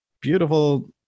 beautiful